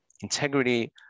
integrity